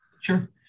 Sure